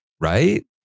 right